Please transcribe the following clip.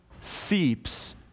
seeps